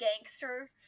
gangster